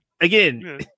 Again